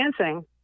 dancing